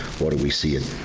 what do we see it